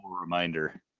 reminder